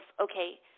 okay